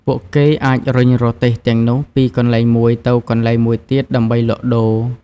ពួកគេអាចរុញរទេះទាំងនោះពីកន្លែងមួយទៅកន្លែងមួយទៀតដើម្បីលក់ដូរ។